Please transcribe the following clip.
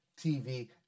TV